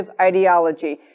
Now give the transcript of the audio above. ideology